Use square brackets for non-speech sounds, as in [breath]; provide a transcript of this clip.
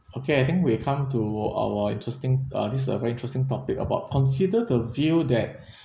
okay I think we've come to our interesting uh this a very interesting topic about consider the view that [breath]